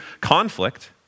conflict